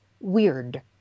weird